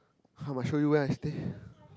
I got show you where's there